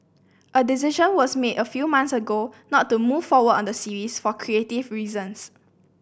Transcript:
a decision was made a few months ago not to move forward on the series for creative reasons